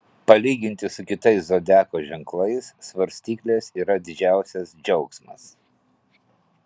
palyginti su kitais zodiako ženklais svarstyklės yra didžiausias džiaugsmas